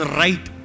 right